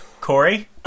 Corey